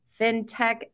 fintech